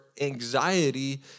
anxiety